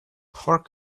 pork